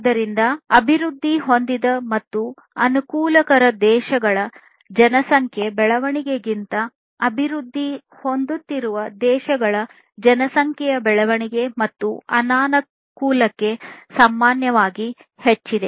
ಆದ್ದರಿಂದ ಅಭಿವೃದ್ಧಿ ಹೊಂದಿದ ಮತ್ತು ಅನುಕೂಲಕರ ದೇಶಗಳ ಜನಸಂಖ್ಯೆಯ ಬೆಳವಣಿಗೆಗಿಂತ ಅಭಿವೃದ್ಧಿ ಹೊಂದುತ್ತಿರುವ ದೇಶಗಳ ಜನಸಂಖ್ಯೆಯ ಬೆಳವಣಿಗೆ ಮತ್ತು ಅನಾನುಕೂಲತೆ ಸಾಮಾನ್ಯವಾಗಿ ಹೆಚ್ಚಾಗಿದೆ